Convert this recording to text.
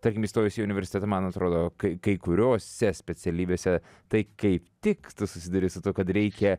tarkim įstojus į universitetą man atrodo kai kai kuriose specialybėse tai kaip tik tu susiduri su tuo kad reikia